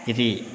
इति